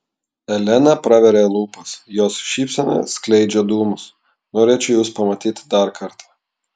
elena praveria lūpas jos šypsena skleidžia dūmus norėčiau jus pamatyti dar kartą